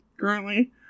currently